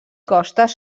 costes